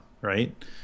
right